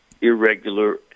irregular